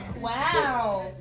Wow